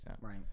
Right